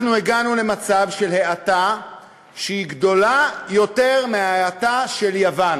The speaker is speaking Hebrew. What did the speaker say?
אנחנו הגענו למצב של האטה גדולה יותר מההאטה של יוון,